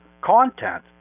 content